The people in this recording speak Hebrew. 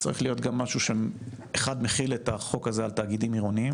צריך להיות גם משהו שאחד מחיל את החוק הזה על תאגידים עירוניים,